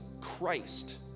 Christ